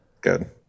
good